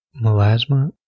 Melasma